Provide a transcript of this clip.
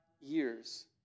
years